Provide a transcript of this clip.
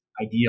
ideal